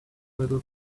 little